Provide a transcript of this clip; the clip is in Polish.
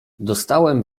dostałem